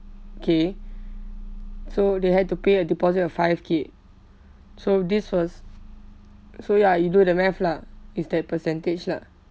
K so they had to pay a deposit of five K so this was so ya you do the math lah it's that percentage lah